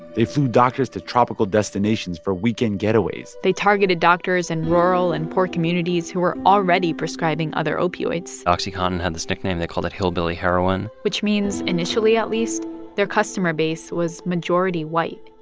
they flew doctors to tropical destinations for weekend getaways they targeted doctors in rural and poor communities who were already prescribing other opioids oxycontin and this nickname. they called it hillbilly heroin which means initially, at least their customer base was majority white.